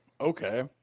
okay